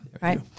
right